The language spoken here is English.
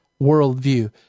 worldview